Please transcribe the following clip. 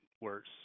worse